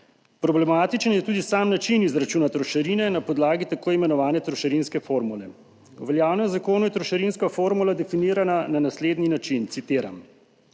Problematičen je tudi sam način izračuna trošarine na podlagi tako imenovane trošarinske formule. V veljavnem zakonu je trošarinska formula definirana na naslednji način, citiram: